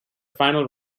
final